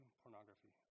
pornography